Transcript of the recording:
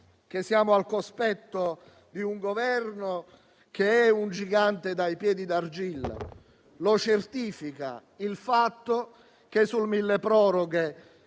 che siamo al cospetto di un Governo che è un gigante dai piedi d'argilla. Lo certifica il fatto che sul milleproroghe,